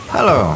Hello